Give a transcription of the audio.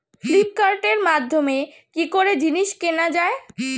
ফ্লিপকার্টের মাধ্যমে কি করে জিনিস কেনা যায়?